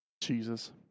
jesus